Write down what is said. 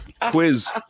quiz